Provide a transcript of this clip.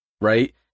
right